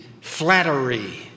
flattery